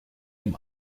dem